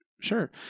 Sure